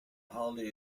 holiday